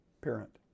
parent